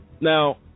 Now